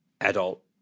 adult